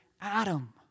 Adam